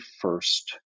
first